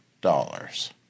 dollars